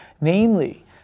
namely